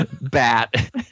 bat